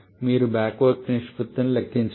మీరు back work నిష్పత్తిని లెక్కించాలి